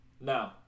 No